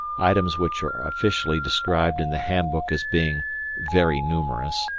items which are officially described in the handbook as being very numerous,